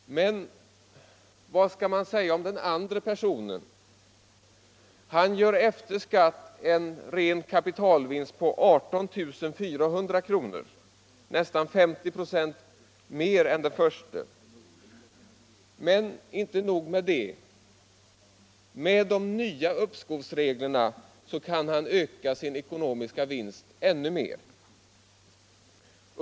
Men vad skall man säga om den andre personens vinst? Han gör efter skatt en ren kapitalvinst på 18 400 kr , nästan 50 96 mer än den förste. Men inte nog med det. Med de nya uppskovsreglerna kan han öka sin ekonomiska vinst ännu mer.